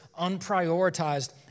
unprioritized